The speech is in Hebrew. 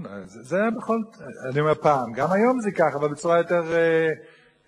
פעם היו זורקים אנשים כאלה למושב זקנים.